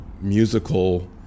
musical